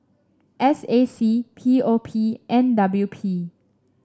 S A C P O P and W P